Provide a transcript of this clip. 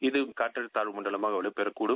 இது காற்றழுத்த தாழ்வு மண்டலமாக வலுப்பெறக் கூடும்